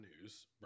news